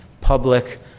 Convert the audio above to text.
public